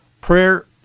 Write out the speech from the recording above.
Prayer